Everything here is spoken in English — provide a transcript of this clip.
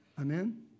Amen